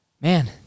Man